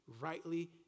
rightly